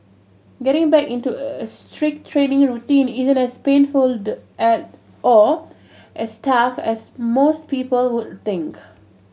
getting back into a strict training routine isn't as painful or as tough as most people would think